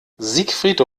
siegfried